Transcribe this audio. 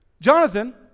Jonathan